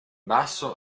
basso